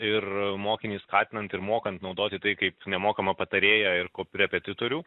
ir mokinį skatinant ir mokant naudoti tai kaip nemokamą patarėją ir korepetitorių